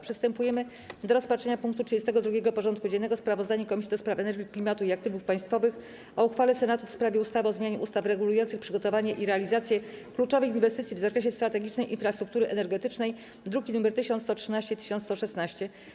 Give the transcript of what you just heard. Przystępujemy do rozpatrzenia punktu 32. porządku dziennego: Sprawozdanie Komisji do Spraw Energii, Klimatu i Aktywów Państwowych o uchwale Senatu w sprawie ustawy o zmianie ustaw regulujących przygotowanie i realizację kluczowych inwestycji w zakresie strategicznej infrastruktury energetycznej (druki nr 1113 i 1116)